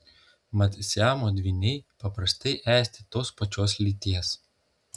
mat siamo dvyniai paprastai esti tos pačios lyties